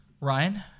Ryan